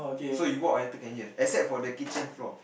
so you walk until can hear except for the kitchen floor